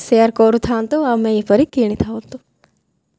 share କରୁଥାନ୍ତୁ ଆମେ ଏହିପରି କିଣିଥାନ୍ତୁ